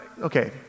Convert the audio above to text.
okay